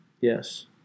Yes